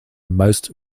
most